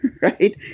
right